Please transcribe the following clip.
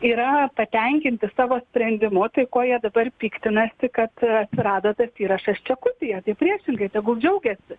yra patenkinti savo sprendimu tai ko jie dabar piktinasi kad rado tas įrašas čekutyuje tai priešingai tegu džiaugiasi